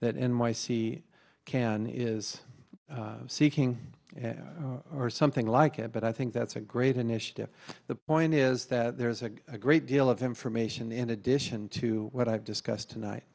that n y c can is seeking or something like it but i think that's a great initiative the point is that there's a great deal of information in addition to what i've discussed tonight